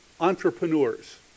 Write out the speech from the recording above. entrepreneurs